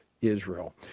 Israel